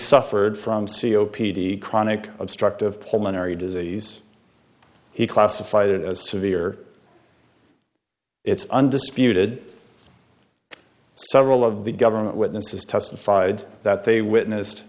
suffered from c o p d chronic obstructive pulmonary disease he classified it as severe it's undisputed several of the government witnesses testified that they witnessed